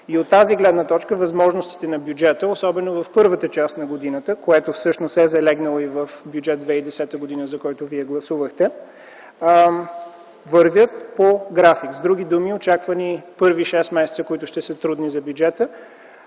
От тази гледна точка възможностите на бюджета, особено през първата част на годината, което всъщност е залегнало в Бюджет 2010 г., за който вие гласувахте, вървят по график. С други думи, очакват ни първи шест месеца, трудни за бюджета,